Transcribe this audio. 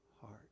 heart